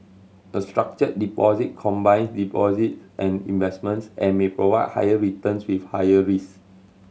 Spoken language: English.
a structured deposit combines deposits and investments and may provide higher returns with higher risk